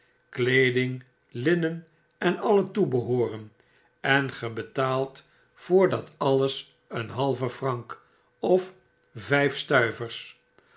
kleeding linnen en alle toebehooren en ge betaalt voor dat alles een halve franc of